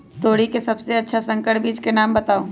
तोरी के सबसे अच्छा संकर बीज के नाम बताऊ?